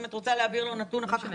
אם את רוצה להעביר לו נתון אחר כך,